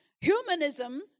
Humanism